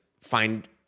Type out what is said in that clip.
find